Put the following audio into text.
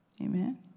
Amen